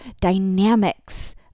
dynamics